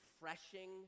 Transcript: refreshing